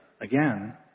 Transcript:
again